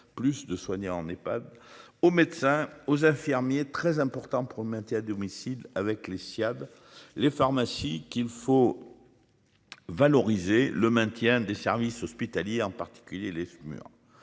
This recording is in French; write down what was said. plus de soignants n'est pas aux médecins et aux infirmiers, très important pour le maintien à domicile avec l'Etihad. Les pharmacies qu'il faut. Valoriser le maintien des services hospitaliers en particulier les